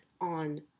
on